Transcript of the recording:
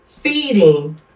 feeding